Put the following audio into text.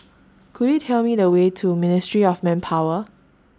Could YOU Tell Me The Way to Ministry of Manpower